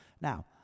Now